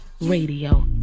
Radio